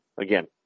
again